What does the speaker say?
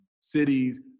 cities